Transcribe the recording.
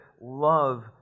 love